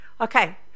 Okay